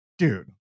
Dude